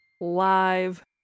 live